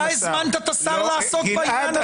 אתה הזמנת את השר לעסוק בעניין הזה.